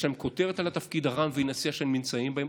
יש להם כותרת על התפקיד הרם והנישא שהם נמצאים בו.